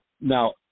Now